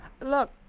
Look